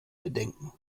bedenken